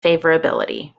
favorability